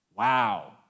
wow